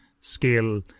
skill